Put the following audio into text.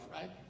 right